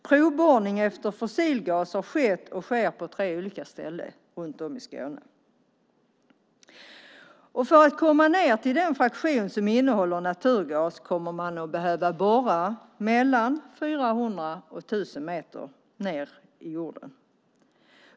Provborrning efter fossilgaser har skett och sker på tre olika ställen runt om i Skåne. För att komma ned till den fraktion som innehåller naturgas kommer man att behöva borra mellan 400 och 1 000 meter ned i jorden.